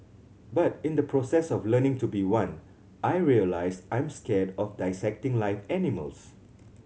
but in the process of learning to be one I realised I'm scared of dissecting live animals